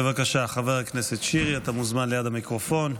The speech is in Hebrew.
בבקשה, חבר הכנסת שירי, אתה מוזמן ליד המיקרופון.